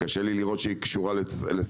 קשה לי לראות שהיא קשורה לסדרנות?